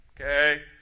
Okay